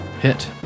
Hit